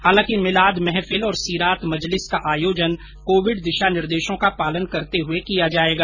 हालांकि मिलाद महफिल और सीरात मजलिस का आयोजन कोविड दिशा निर्देशों का पालन करते हुए किया जाएगा